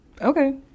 okay